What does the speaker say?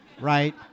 Right